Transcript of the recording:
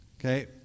Okay